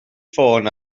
ffôn